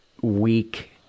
weak